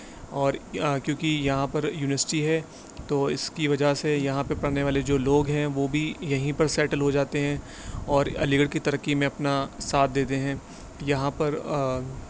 اور کیوں کہ یہاں پر یونیورسٹی ہے تو اس کی وجہ سے یہاں پہ پڑھنے والے جو لوگ ہیں وہ بھی یہیں پر سیٹیل ہو جاتے ہیں اور علی گڑھ کی ترقی میں اپنا ساتھ دیتے ہیں یہاں پر